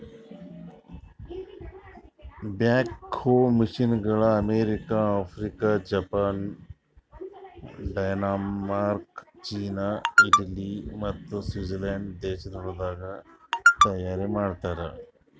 back ಹೋ ಮಷೀನಗೊಳ್ America, Africa, Japan, Denmark, China, Italy ಮತ್ತ ಸ್ವೀಡನ್ ದೇಶಗೊಳ್ದಾಗ್ ತೈಯಾರ್ ಮಾಡ್ತಾರ್